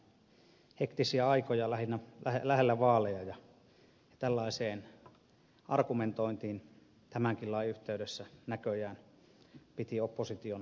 elämme hektisiä aikoja lähellä vaaleja ja tällaiseen argumentointiin tämänkin lain yhteydessä näköjään piti opposition sortua